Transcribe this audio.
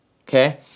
okay